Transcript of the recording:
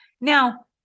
Now